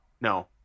No